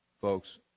folks